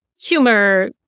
humor